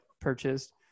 purchased